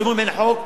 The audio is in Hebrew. כשאומרים "אין חוק",